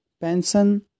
pension